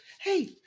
hey